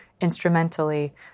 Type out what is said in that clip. instrumentally